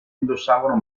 indossavano